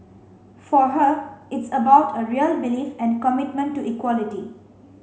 for her it's about a real belief and commitment to equality